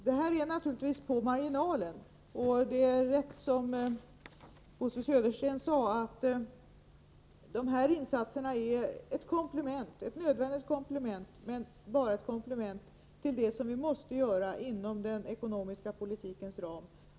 Det här är naturligtvis på marginalen, och det är rätt som Bosse Södersten sade, att dessa insatser är ett nödvändigt komplement — men bara ett komplement - till det som vi måste göra inom den ekonomiska politikens ram.